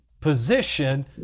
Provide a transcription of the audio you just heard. position